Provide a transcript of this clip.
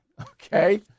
Okay